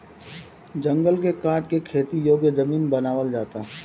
जंगल के काट के खेती योग्य जमीन बनावल जाता